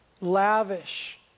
Lavish